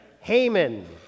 Haman